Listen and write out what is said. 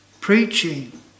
preaching